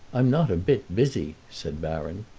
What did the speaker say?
i'm not a bit busy, said baron.